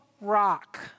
rock